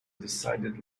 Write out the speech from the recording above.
decided